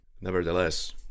Nevertheless